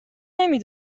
نمی